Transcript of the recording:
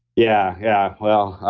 yeah yeah, well,